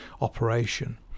operation